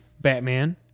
Batman